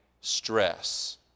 stress